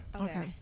Okay